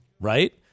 right